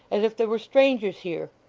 as if there were strangers here,